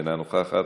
אינה נוכחת,